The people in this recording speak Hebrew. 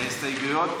וההסתייגויות,